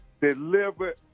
delivered